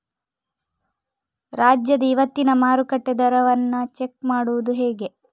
ರಾಜ್ಯದ ಇವತ್ತಿನ ಮಾರುಕಟ್ಟೆ ದರವನ್ನ ಚೆಕ್ ಮಾಡುವುದು ಹೇಗೆ?